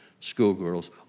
schoolgirls